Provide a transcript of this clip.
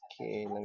Okay